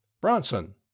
bronson